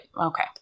Okay